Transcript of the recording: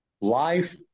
Life